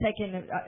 taken